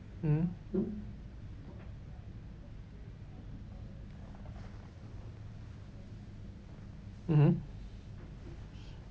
mm mmhmm